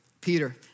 Peter